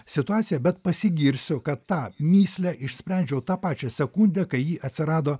situaciją bet pasigirsiu kad tą mįslę išsprendžiau tą pačią sekundę kai ji atsirado